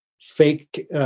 fake